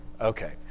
Okay